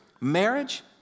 marriage